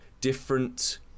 different